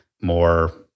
more